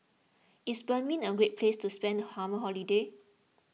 is Benin a great place to spend the summer holiday